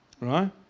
Right